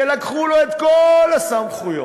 שלקחו לו את כל הסמכויות,